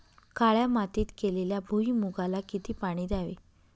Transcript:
काळ्या मातीत केलेल्या भुईमूगाला किती पाणी द्यावे?